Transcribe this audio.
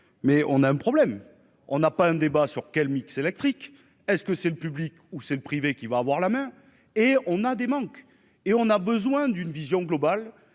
mais on a un problème, on n'a pas un débat sur quel mix électrique est-ce que c'est le public ou c'est le privé qui va avoir la main et on a des manques et on a besoin d'une vision globale